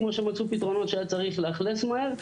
כמו שמצאו פתרונות שהיה צריך לאכלס מהר,